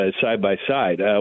side-by-side